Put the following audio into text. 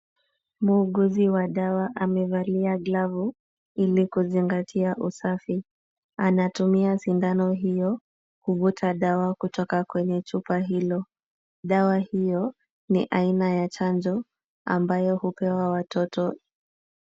Muuguzi wa dawa amevalia glavu ili kuzingatia usafi. Anatumia sindano hiyo kuvuta dawa kutoka kwenye chupa hilo. Dawa hiyo ni aina ya chanjo ambayo hupewa watoto.